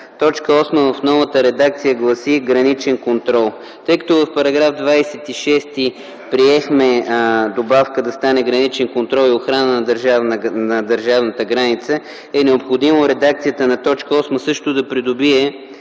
В т. 8 основната редакция гласи: „граничен контрол;”. Тъй като в § 26 приехме добавка да стане „граничен контрол и охрана на държавната граница”, е необходимо редакцията на т. 8 също да придобие